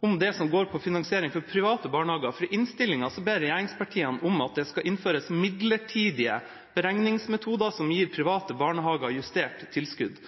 om det som går på finansiering for private barnehager. I innstillingen ber regjeringspartiene om at det skal innføres «midlertidige beregningsmetoder» som gir private barnehager «justerte tilskudd».